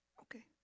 Okay